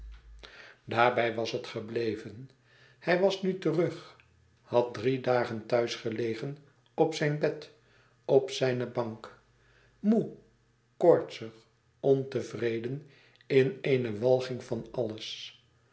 daarbij was het gebleven hij was nu terug had drie dagen thuis gelegen op zijn bed op zijne bank moê koortsig ontevreden in eene walging van alles